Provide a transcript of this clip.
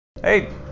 Hey